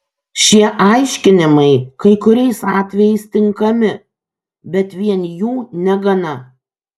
šie aiškinimai kai kuriais atvejais tinkami bet vien jų negana